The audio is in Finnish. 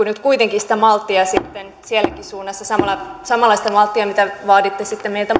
nyt kuitenkaan sitä malttia sitten sielläkään suunnassa samanlaista malttia mitä vaaditte meiltä